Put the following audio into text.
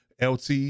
LT